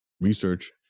Research